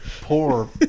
Poor